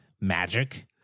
magic